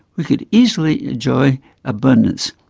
we could easily enjoy abundance,